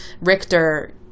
richter